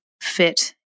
fit